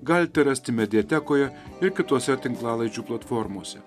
galite rasti mediatekoje ir kitose tinklalaidžių platformose